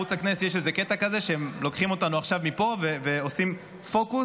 בערוץ הכנסת יש קטע כזה שהם לוקחים אותנו עכשיו מפה ועושים פוקוס,